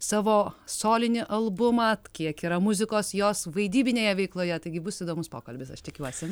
savo solinį albumą kiek yra muzikos jos vaidybinėje veikloje taigi bus įdomus pokalbis aš tikiuosi